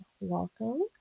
welcome